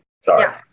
Sorry